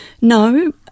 No